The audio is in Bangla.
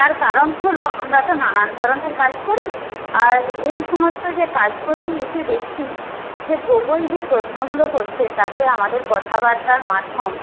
তার কারণ হলো আমরা তো নানান ধরণের কাজ করি আর এই সমস্ত যে কাজ করছি এসে দেখছি যে গুগল যে প্রশ্নগুলো করছে তাতে আমাদের কথাবার্তার মাধ্যম